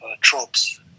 tropes